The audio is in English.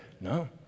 No